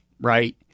right